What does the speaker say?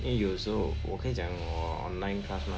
因为有时候我可以讲我 online class mah